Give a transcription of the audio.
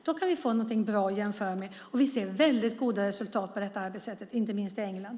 Då kan vi få något bra att jämföra med. Vi ser väldigt goda resultat med det här arbetssättet, inte minst i England.